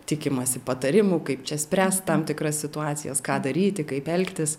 tikimasi patarimų kaip čia spręst tam tikras situacijas ką daryti kaip elgtis